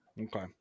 Okay